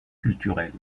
culturelle